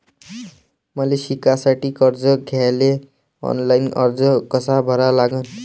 मले शिकासाठी कर्ज घ्याले ऑनलाईन अर्ज कसा भरा लागन?